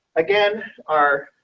again, our